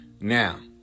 Now